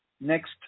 next